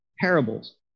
Parables